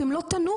אתם לא תנוחו.